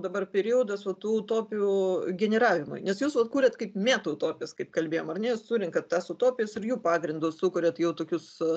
dabar periodas va tų utopijų generavimui nes jūs vat kuroat kaip metautopijas kaip kalbėjom ar ne jūs surenkat tas utopijas ir jų pagrindu sukuriant jau tokius